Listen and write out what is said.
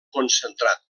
concentrat